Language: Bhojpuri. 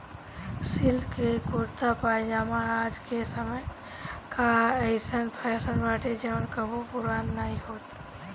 सिल्क के कुरता पायजामा आज के समय कअ अइसन फैशन बाटे जवन कबो पुरान नाइ होई